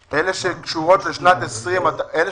2020. אלה שקשורות לשנת 2020,